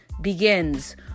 begins